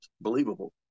believable